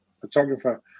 photographer